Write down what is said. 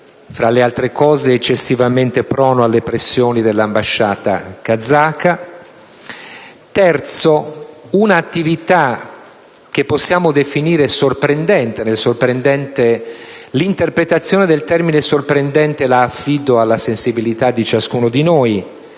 fra le altre cose eccessivamente prono alle pressioni dell'ambasciata kazaka. Terzo: un'attività dei nostri Servizi che possiamo definire sorprendente (l'interpretazione del termine «sorprendente» la affido alla sensibilità di ciascuno di noi).